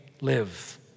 live